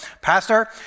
Pastor